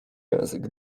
język